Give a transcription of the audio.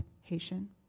Haitian